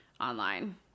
online